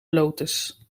lotus